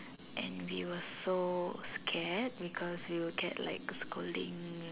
and we were so scared because you will get like scolding